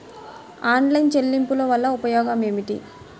Online చెల్లింపుల వల్ల ఉపయోగమేమిటీ?